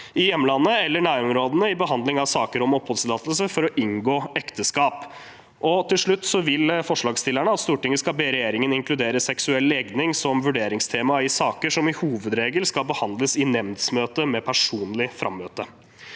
i hjemlandet eller nærområdene, i behandling av saker om oppholdstillatelse for å inngå ekteskap. Til slutt vil forslagsstillerne at Stortinget skal be regjeringen inkludere seksuell legning som vurderingstema i saker som i hovedregel skal behandles i nemndsmøte med personlig frammøte.